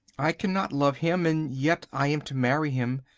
i cannot love him. and yet i am to marry him.